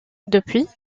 depuis